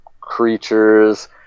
creatures